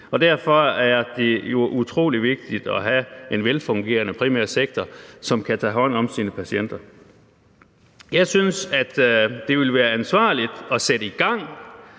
Derfor er det jo utrolig vigtigt at have en velfungerende primærsektor, som kan tage hånd om sine patienter. Jeg synes, at det ville være ansvarligt at sætte i gang